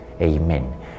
Amen